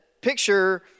picture